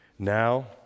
Now